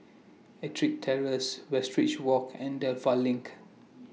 Ettrick Terrace Westridge Walk and Dedap LINK